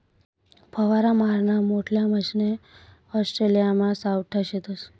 फवारा माराना मोठल्ला मशने ऑस्ट्रेलियामा सावठा शेतस